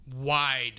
wide